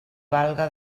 valga